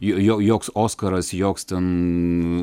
jo jo joks oskaras joks ten